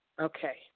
Okay